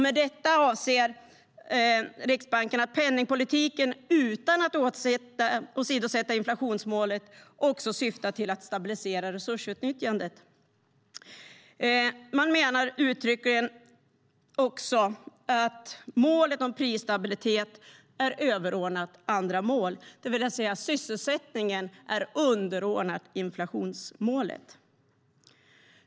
Med detta avser Riksbanken att penningpolitiken syftar till att stabilisera resursutnyttjandet utan att åsidosätta inflationsmålet. Man menar också att målet om prisstabilitet är överordnat andra mål, det vill säga att sysselsättningen är underordnad inflationsmålet.